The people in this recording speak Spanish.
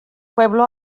pueblo